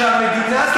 שהמדינה,